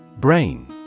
Brain